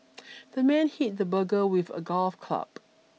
the man hit the burglar with a golf club